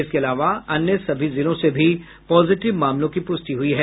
इसके अलावा अन्य सभी जिलों से भी पॉजिटिव मामलों की पुष्टि हुई है